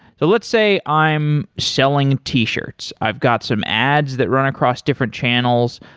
so let's say i'm selling t-shirts. i've got some ads that run across different channels.